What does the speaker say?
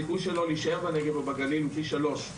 הסיכוי שלו להישאר בנגב או בגליל הוא פי שלושה.